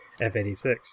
F-86